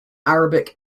arabic